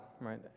right